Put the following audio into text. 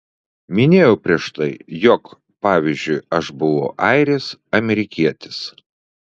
minėjau prieš tai jog pavyzdžiui aš buvau airis amerikietis